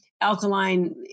alkaline